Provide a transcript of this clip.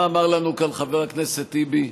מה אמר לנו כאן חבר הכנסת טיבי?